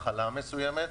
מסוימת.